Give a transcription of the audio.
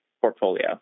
portfolio